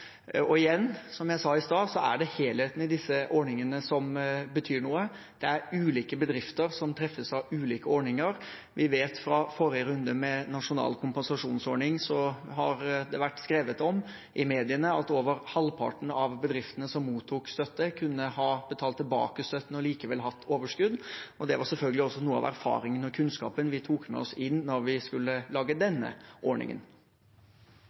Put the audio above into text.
Igjen: Som jeg sa i stad, er det helheten i disse ordningene som betyr noe. Det er ulike bedrifter som treffes av ulike ordninger. Vi vet at når det gjelder forrige runde med nasjonal kompensasjonsordning, har det i mediene vært skrevet at over halvparten av bedriftene som mottok støtte, kunne ha betalt tilbake støtten og likevel hatt overskudd. Det var selvfølgelig også noe av erfaringen og kunnskapen vi tok med oss inn da vi skulle lage denne ordningen.